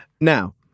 now